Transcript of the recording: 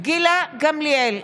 גילה גמליאל,